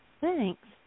Thanks